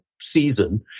season